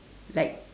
like